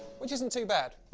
which isn't too bad.